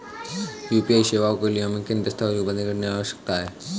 UPI सेवाओं के लिए हमें किन दस्तावेज़ों को पंजीकृत करने की आवश्यकता है?